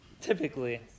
Typically